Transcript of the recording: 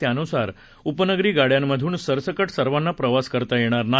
त्यानुसार उपनगरी गाड्यांमधून सरसकट सर्वांना प्रवास करता येणार नाही